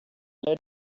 lead